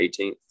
18th